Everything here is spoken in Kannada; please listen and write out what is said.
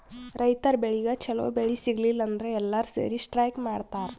ರೈತರ್ ಬೆಳಿಗ್ ಛಲೋ ಬೆಲೆ ಸಿಗಲಿಲ್ಲ ಅಂದ್ರ ಎಲ್ಲಾರ್ ಸೇರಿ ಸ್ಟ್ರೈಕ್ ಮಾಡ್ತರ್